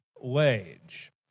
wage